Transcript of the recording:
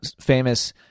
famous